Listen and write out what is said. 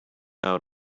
out